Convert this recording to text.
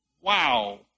Wow